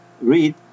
read